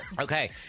Okay